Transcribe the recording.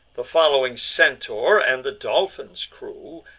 the following centaur, and the dolphin's crew,